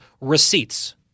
receipts